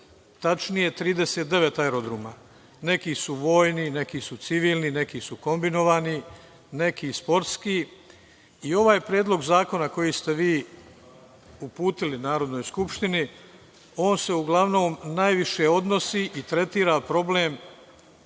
tačnije 39 aerodroma. Neki su vojni, neki su civilni, neki su kombinovani, neki sportski i ovaj predlog zakona, koji ste vi uputili Narodnoj skupštini, se uglavnom najviše odnosi i tretira problem